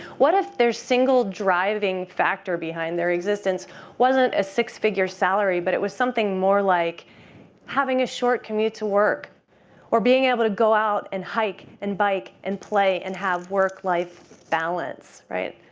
what if their single driving factor behind their existence wasn't a six figure salary but it was something more like having a short commute to work or being able to go out and hike and bike and play and have work life balance. right?